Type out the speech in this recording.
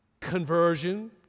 conversion